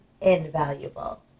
invaluable